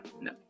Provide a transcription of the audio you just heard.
no